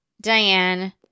Diane